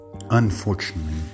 Unfortunately